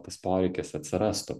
tas poreikis atsirastų